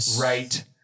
right